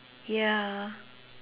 yeah